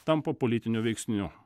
tampa politiniu veiksniu